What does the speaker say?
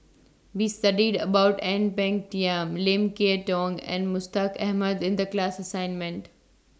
We studied about Ang Peng Tiam Lim Kay Tong and Mustaq Ahmad in The class assignment